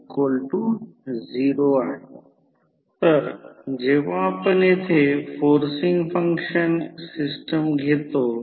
तर या प्रकरणात E1 ω t 90 o येत आहे आणि याचा अर्थ ∅∅ m sin ω t आणि इथे ते sin ω t 90 o आहे म्हणजे याचा अर्थ मी ते साफ करत आहे